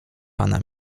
pana